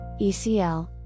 ECL